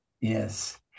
Yes